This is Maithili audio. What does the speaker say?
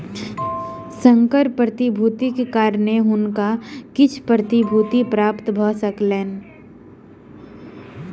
संकर प्रतिभूतिक कारणेँ हुनका किछ प्रतिभूति प्राप्त भ सकलैन